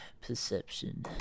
Perception